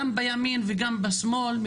גם בימין וגם בשמאל,